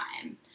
time